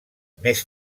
més